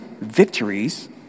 victories